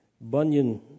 Bunyan